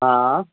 हा